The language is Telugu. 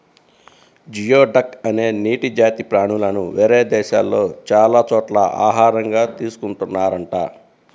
జియోడక్ అనే నీటి జాతి ప్రాణులను వేరే దేశాల్లో చాలా చోట్ల ఆహారంగా తీసుకున్తున్నారంట